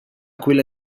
quella